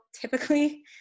typically